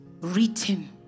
written